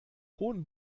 hohen